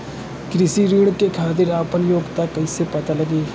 कृषि ऋण के खातिर आपन योग्यता कईसे पता लगी?